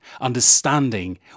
Understanding